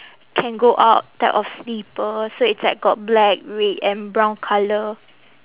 can go out type of slipper so it's like got black red and brown colour